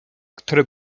który